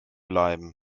bleiben